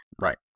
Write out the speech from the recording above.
Right